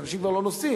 אז אנשים כבר לא נוסעים,